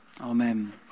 amen